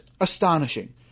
astonishing